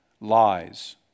lies